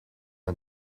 and